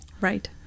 right